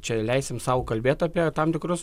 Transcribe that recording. čia leisim sau kalbėt apie tam tikrus